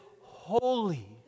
holy